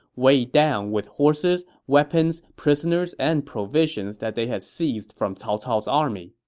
weighed down with horses, weapons, prisoners, and provisions that they had seized from cao cao's army.